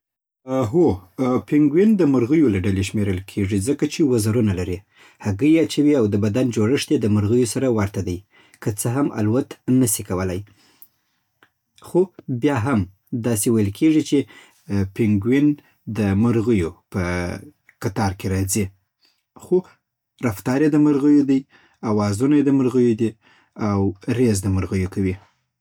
هو، پينگوين د مرغیو له ډلې شمېرل کېږي، ځکه چې وزرونه لري، هګۍ اچوي او د بدن جوړښت یې د مرغیو سره ورته دی، که څه هم الوت نه سي کولی خو بیا هم داسی ویل کیږ ی چی پنګوین د مرغیو په قطار کی راځی، خو رفتار یی د مرغیو دی، اوازونه یی د مرغیو دی او ریز د مرغیو کوی